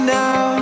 now